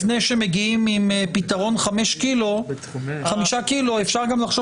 לפני שמגיעים עם פתרון חמישה קילו אפשר גם לחשוב